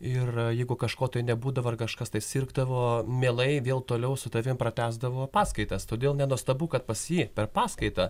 ir jeigu kažko tai nebūdavo ar kažkas tai sirgdavo mielai vėl toliau su tavim pratęsdavo paskaitas todėl nenuostabu kad pas jį per paskaitą